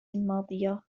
الماضية